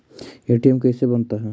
ATM कैसे बनता?